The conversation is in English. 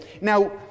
Now